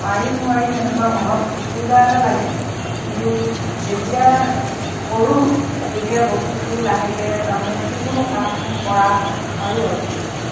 পাৰিম নোৱাৰিম এনেকুৱা মনত খোকোজা এটা লাগে কিন্তু যেতিয়া কৰোঁ তেতিয়া বস্তুটো লাহেকৈ তাৰ মানে যিকোনো কাম পৰা হয় পাৰোঁ আৰু তেতিয়া